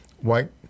White